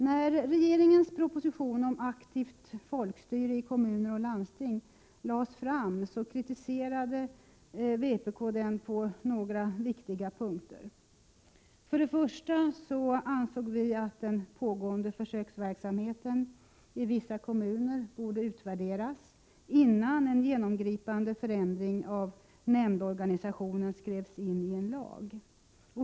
När regeringens proposition om aktivt folkstyre i kommuner och i landsting lades fram kritiserade vpk den på några viktiga punkter. För det första ansåg vi att den pågående försöksverksamheten i vissa kommuner borde utvärderas innan en genomgripande förändring av nämndorganisationen skrevs in i lag.